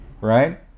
right